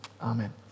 amen